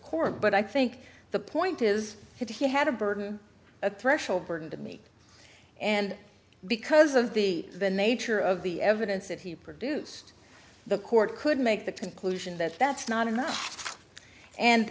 court but i think the point is that he had a burden a threshold burden to me and because of the the nature of the evidence that he produced the court could make the conclusion that that's not enough and